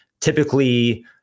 typically